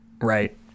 right